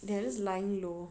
they're just lying low